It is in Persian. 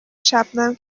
شبنم